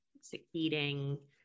succeeding